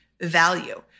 value